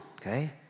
okay